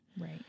Right